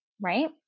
right